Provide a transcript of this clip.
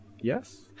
Yes